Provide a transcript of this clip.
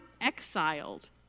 exiled